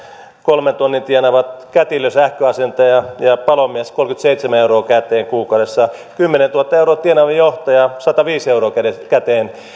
kolme tonnia tienaavat kätilö sähköasentaja ja ja palomies kolmekymmentäseitsemän euroa käteen kuukaudessa kymmenentuhatta euroa tienaava johtaja sataviisi euroa käteen